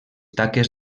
taques